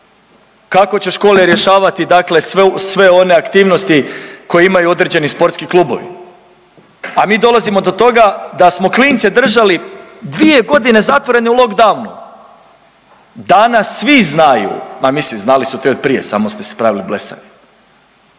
kako će škole rješavati dakle sve one aktivnosti koje imaju određeni sportski klubovi, a mi dolazimo do toga da smo klince držali 2 godine zatvorene u lockdownu. Danas svi znaju, ma mislim znali su to i od prije samo ste se pravili blesavi,